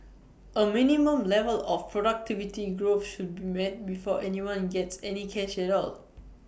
A minimum level of productivity growth should be met before anyone gets any cash at all